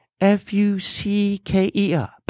F-U-C-K-E-R